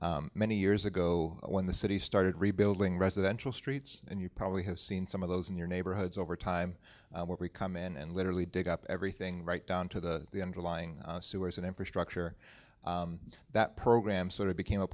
that many years ago when the city started rebuilding residential streets and you probably have seen some of those in your neighborhoods over time where we come in and literally dig up everything right down to the the underlying sewers and infrastructure that program sort of became a